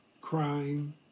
crime